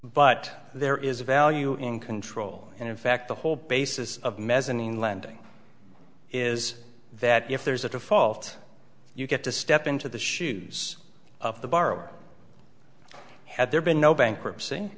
but there is a value in control and in fact the whole basis of mezzanine lending is that if there's a default you get to step into the shoes of the borrower had there been no bankruptcy